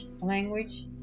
language